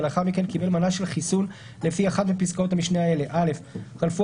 ולאחר מכן קיבל מנה של החיסון לפי אחת מפסקאות המשנה האלה: חלפו